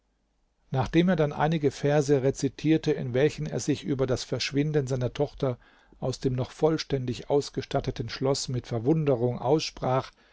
nachdem er dann einige verse rezitierte in welchen er sich über das verschwinden seiner tochter aus dem noch vollständig ausgestatteten schloß mit verwunderung aussprach